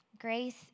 Grace